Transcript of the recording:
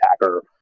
attacker